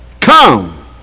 come